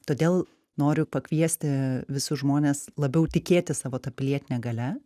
todėl noriu pakviesti visus žmones labiau tikėti savo ta pilietine galia